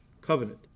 covenant